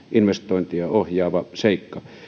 investointia ohjaava seikka